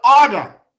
order